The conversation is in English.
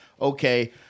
okay-